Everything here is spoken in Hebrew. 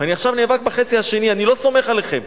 אני עכשיו נאבק בחצי השני, אני לא סומך עליכם.